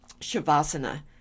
shavasana